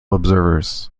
observers